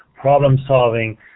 problem-solving